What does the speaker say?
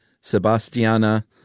Sebastiana